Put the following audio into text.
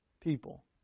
people